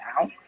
now